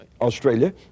Australia